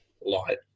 light